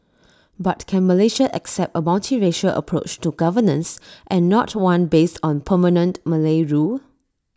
but can Malaysia accept A multiracial approach to governance and not one based on permanent Malay rule